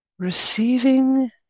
Receiving